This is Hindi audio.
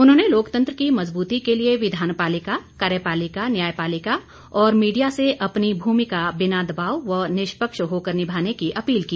उन्होंने लोकतंत्र की मजबूती के लिए विधान पालिका कार्य पालिका न्याय पालिका और मीडिया से अपनी भूमिका बिना दवाब व निष्पक्ष होकर निभाने की अपील की